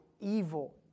evil